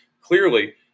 clearly